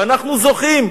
ואנחנו זוכים,